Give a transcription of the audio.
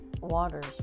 waters